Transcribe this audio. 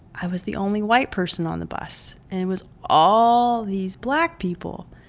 i was the only white person on the bus, and it was all these black people.